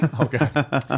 Okay